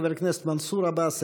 חבר הכנסת מנסור עבאס,